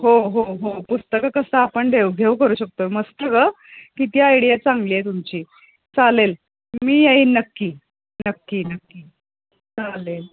हो हो हो पुस्तकं कसं आपण देवभेव करू शकतो मस्त गं किती आयडिया चांगली आहे तुमची चालेल मी येईन नक्की नक्की नक्की चालेल